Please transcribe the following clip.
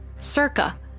circa